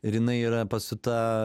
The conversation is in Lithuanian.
ir jinai yra pasiūta